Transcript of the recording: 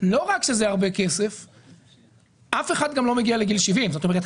לא רק שזה הרבה כסף אלא אף אחד גם לא מגיע לגיל 70. זאת אומרת,